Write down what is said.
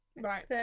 Right